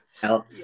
help